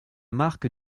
marque